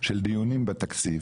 של דיונים על התקציב